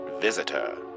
visitor